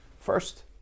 First